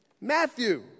Matthew